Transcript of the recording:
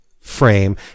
frame